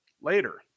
later